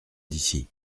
d’ici